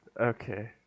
Okay